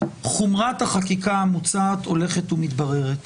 חומרת החקיקה המוצעת הולכת ומתבררת.